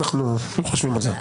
אנחנו חושבים על זה.